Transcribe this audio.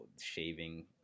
shaving